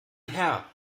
herr